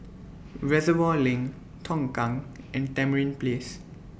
Reservoir LINK Tongkang and Tamarind Place